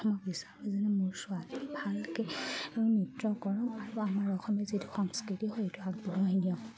মই বিচাৰোঁ যেনে মোৰ ছোৱালী ভালকৈ নৃত্য কৰক আৰু আমাৰ অসমীয়া যিটো সংস্কৃতি সেইটো আগবঢ়াই নিয়ক